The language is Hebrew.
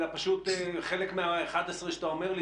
אלא פשוט חלק מה-11 שאתה אומר לי,